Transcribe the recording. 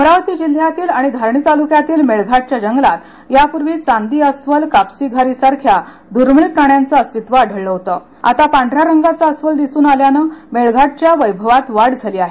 अमरावती जिल्ह्यातील आणि धारणी तालुक्यातील मेळघाटच्या जंगलात यापूर्वी चांदी अस्वल कापसी घारी सारख्या दुर्मिळ प्राण्यांचं अस्तित्व आढळलं होतं आता पांढऱ्या रंगाचं अस्वल दिसून आल्यानं मेळघाटातच्या वैभवात वाढ झाली आहे